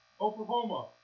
Oklahoma